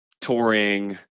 touring